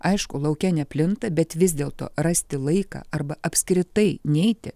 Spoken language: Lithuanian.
aišku lauke neplinta bet vis dėlto rasti laiką arba apskritai neiti